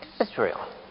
Israel